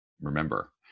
remember